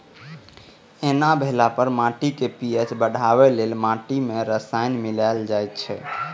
एना भेला पर माटिक पी.एच बढ़ेबा लेल माटि मे रसायन मिलाएल जाइ छै